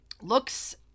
looks